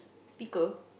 speaker